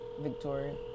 Victoria